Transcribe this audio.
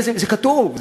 זה כתוב,